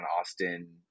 Austin